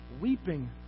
weeping